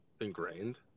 ingrained